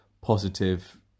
positive